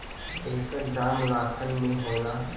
एकर दाम लाखन में होला